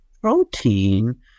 protein